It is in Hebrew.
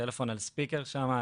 טלפון על ספיקר שמה,